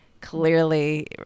Clearly